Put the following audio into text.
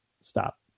Stop